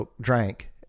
drank